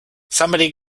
somebody